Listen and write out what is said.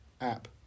app